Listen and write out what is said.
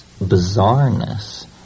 bizarreness